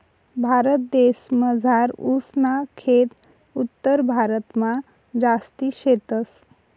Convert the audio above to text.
भारतदेसमझार ऊस ना खेत उत्तरभारतमा जास्ती शेतस